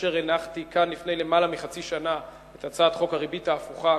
כאשר הנחתי כאן לפני למעלה מחצי שנה את הצעת חוק הריבית ההפוכה,